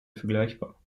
vergleichbar